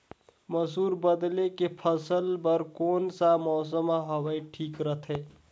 मसुर बदले के फसल बार कोन सा मौसम हवे ठीक रथे?